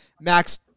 Max